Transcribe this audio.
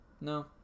No